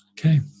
Okay